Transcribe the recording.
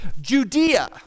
Judea